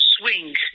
swing